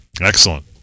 Excellent